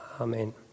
amen